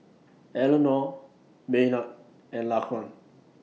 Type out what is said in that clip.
Eleanor Maynard and Laquan